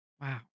Wow